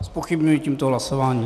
Zpochybňuji tímto hlasování.